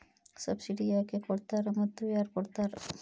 Subsidy ಯಾಕೆ ಕೊಡ್ತಾರ ಮತ್ತು ಯಾರ್ ಕೊಡ್ತಾರ್?